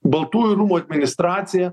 baltųjų rūmų administracija